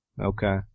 Okay